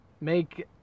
make